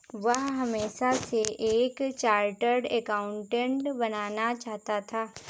वह हमेशा से एक चार्टर्ड एकाउंटेंट बनना चाहता था